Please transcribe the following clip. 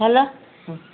hello